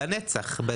לנצח.